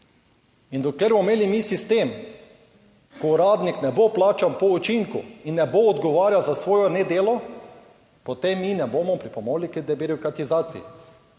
In dokler bomo imeli mi sistem, ko uradnik ne bo plačan po učinku in ne bo odgovarjal za svoje nedelo, potem mi ne bomo pripomogli k debirokratizaciji.